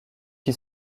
qui